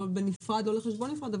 לא לחשבון נפרד,